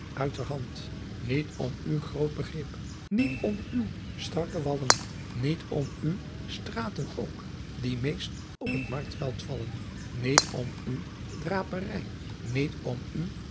niet om u groot begrip niet om uw starcke wallen niet om u straeten oock die meest op't marcktveld vallen niet om u drapery niet om u